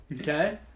Okay